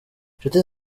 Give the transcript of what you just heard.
nshuti